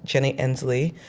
jenny endsley,